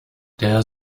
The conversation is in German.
der